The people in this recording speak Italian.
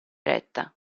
eretta